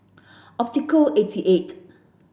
Optical eighty eight